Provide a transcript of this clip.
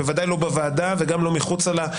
בוודאי לא בוועדה וגם לא מחוצה לה,